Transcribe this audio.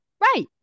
Right